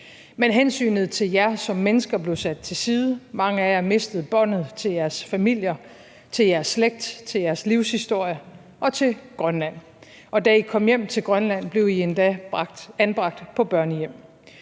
Men hensynet til jer som mennesker blev sat til side, mange af jer mistede båndet til jeres familier, til jeres slægt, til jeres livshistorie og til Grønland, og da I kom hjem til Grønland, blev I endda anbragt på børnehjem.